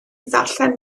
ddarllen